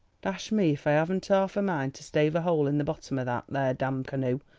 dash me if i haven't half a mind to stave a hole in the bottom of that there damned canoe,